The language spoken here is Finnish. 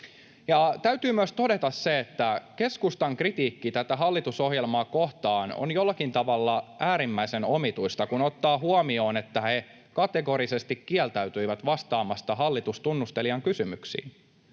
Täytyy myös todeta se, että keskustan kritiikki tätä hallitusohjelmaa kohtaan on jollakin tavalla äärimmäisen omituista, kun ottaa huomioon, että he kategorisesti kieltäytyivät vastaamasta hallitustunnustelijan kysymyksiin.